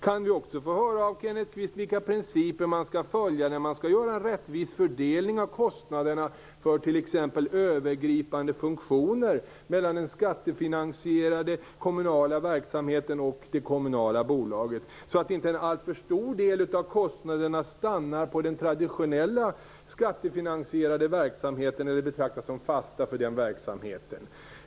Kan vi också från Kenneth Kvist få höra vilka principer man skall följa när man skall göra en rättvis fördelning av kostnaderna för t.ex. övergripande funktioner mellan den skattefinansierade kommunala verksamheten och det kommunala bolaget, så att inte en alltför stor del av kostnaderna stannar på den traditionella skattefinansierade verksamheten eller betraktas som fasta för denna?